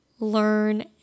learn